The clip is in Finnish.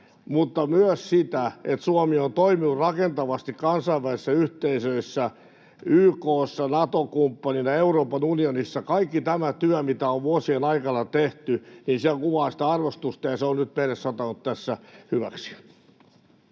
mutta myös siitä, että Suomi on toiminut rakentavasti kansainvälisissä yhteisöissä, YK:ssa, Nato-kumppanina ja Euroopan unionissa. Kaikki tämä työ, mitä on vuosien aikana tehty, kuvaa sitä arvostusta, ja se on nyt meille satanut tässä hyväksi.